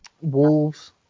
Wolves